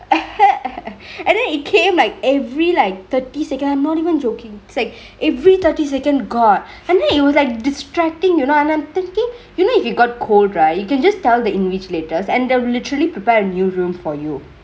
and then it came like every like thirty sec I'm not even jokingk it's like every thirty second god and then it was like distractingk you know and I'm thinkingk you know if you got cold right you can just tell the invigilators and they will literally prepare a new room for you